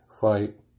fight